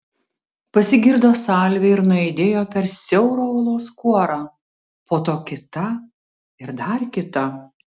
pasigirdo salvė ir nuaidėjo per siaurą uolos kuorą po to kita ir dar kita